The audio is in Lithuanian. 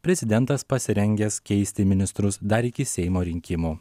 prezidentas pasirengęs keisti ministrus dar iki seimo rinkimų